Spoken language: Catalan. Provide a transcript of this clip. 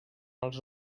els